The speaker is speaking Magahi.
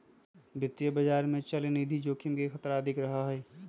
वित्तीय बाजार में चलनिधि जोखिम के खतरा अधिक रहा हई